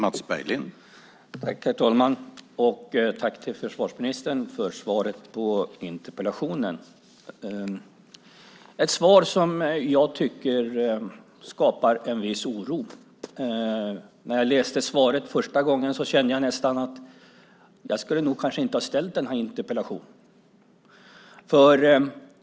Herr talman! Tack, försvarsministern, för svaret på interpellationen! Det är ett svar som jag tycker skapar en viss oro. När jag läste svaret första gången kände jag nästan att jag nog kanske inte skulle ha ställt interpellationen.